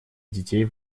детей